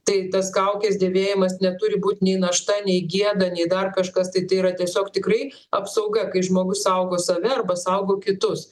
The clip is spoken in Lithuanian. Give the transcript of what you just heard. tai tas kaukės dėvėjimas neturi būt nei našta nei gėda nei dar kažkas tai tai yra tiesiog tikrai apsauga kai žmogus saugo save arba saugo kitus